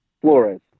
Flores